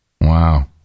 Wow